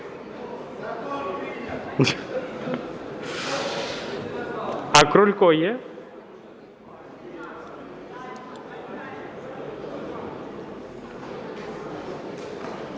А Крулько є?